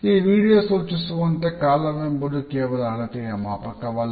ಈ ವಿಡಿಯೋ ಸೂಚಿಸುವಂತೆ ಕಾಲವೆಂಬುದು ಕೇವಲ ಅಳತೆಯ ಮಾಪಕವಲ್ಲ